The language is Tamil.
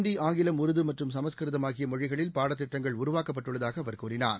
இந்தி ஆங்கிலம் உருது மற்றும் சமஸ்கிருதம் ஆகிய மொழிகளில் பாடத்திட்டங்கள் உருவாக்கப்பட்டுள்ளதாக அவர் கூறினார்